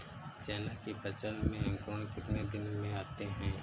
चना की फसल में अंकुरण कितने दिन में आते हैं?